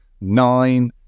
nine